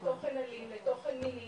לתוכן אלים לתוכן מיני